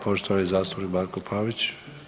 Poštovani zastupnik Marko Pavić.